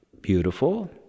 beautiful